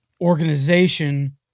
organization